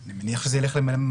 אני מניח שזה ילך לממלא-מקומו.